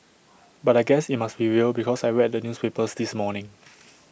but I guess IT must be real because I read the newspapers this morning